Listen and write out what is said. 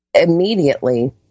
Immediately